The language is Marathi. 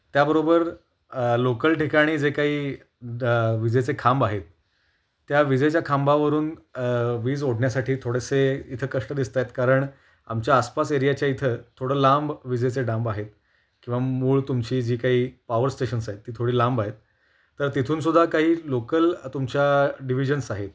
त्याबरोबर लोकल ठिकाणी जे काही ड विजेचे खांब आहेत त्या विजेच्या खांबावरून वीज ओढण्यासाठी थोडेसे इथं कष्ट दिसत आहेत कारण आमच्या आसपास एरियाच्या इथं थोडं लांब विजेचे डांब आहेत किंवा मूळ तुमची जी काही पॉवर स्टेशन्स आहेत ती थोडी लांब आहेत तर तिथूनसुद्धा काही लोकल तुमच्या डिविजन्स आहेत